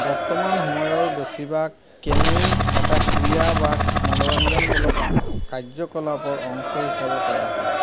বৰ্তমান সময়ৰ বেছিভাগ কেনোয়িং এটা ক্ৰীড়া বা মনোৰঞ্জনমূলক কাৰ্যকলাপৰ অংশ হিচাপে কৰা হয়